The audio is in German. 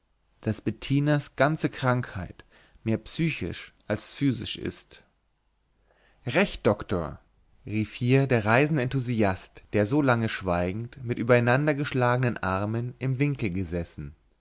daß bettinas ganze krankheit mehr psychisch als physisch ist recht doktor rief hier der reisende enthusiast der so lange schweigend mit übereinander geschlagenen ärmen im winkel gesessen